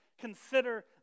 consider